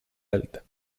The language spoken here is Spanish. alta